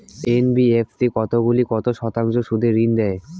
NBFC কতগুলি কত শতাংশ সুদে ঋন দেয়?